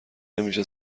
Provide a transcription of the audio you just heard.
نمیشه